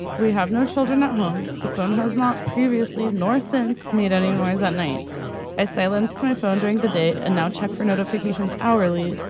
we have no children at home. the phone has not previously nor since made any noise at night as silence my phone during the day and now check for notifications hourly.